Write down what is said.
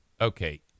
Okay